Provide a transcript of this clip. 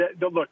look